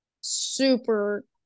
super